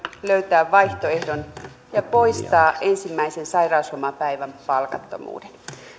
löytää vaihtoehdon ja poistaa ensimmäisen sairauslomapäivän palkattomuuden